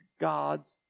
God's